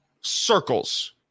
Circles